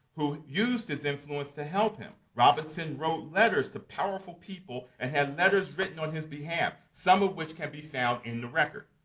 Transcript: who used his influence to help him. robinson wrote letters to powerful people and had letters written on his behalf, some of which can be found in the record.